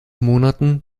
monaten